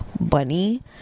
bunny